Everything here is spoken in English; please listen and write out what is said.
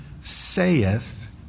saith